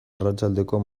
arratsaldeko